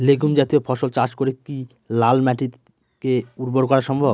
Legume জাতীয় ফসল চাষ করে কি লাল মাটিকে উর্বর করা সম্ভব?